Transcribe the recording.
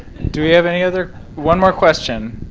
do we have any other. one more question.